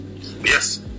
Yes